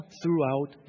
throughout